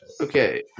Okay